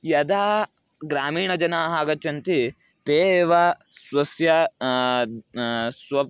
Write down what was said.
यदा ग्रामीणजनाः आगच्छन्ति ते एव स्वस्य स्वस्य